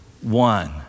one